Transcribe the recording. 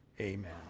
Amen